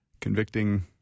convicting